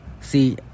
see